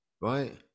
Right